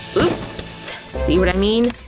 oop! so see what i mean?